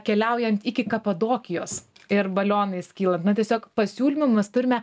keliaujant iki kapadokijos ir balionais kylant na tiesiog pasiūlymų mes turime